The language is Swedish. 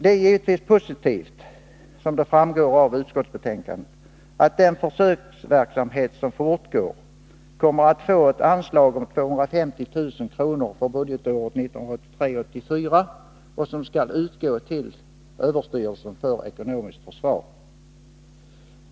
Det är givetvis positivt — det framgår av utskottsbetänkandet — att den försöksverksamhet som fortgår för budgetåret 1983/84 kommer att få ett anslag om 250 000 kr., vilket är avsett för överstyrelsen för ekonomiskt försvar.